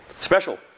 special